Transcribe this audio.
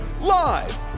live